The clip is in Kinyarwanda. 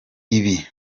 ibi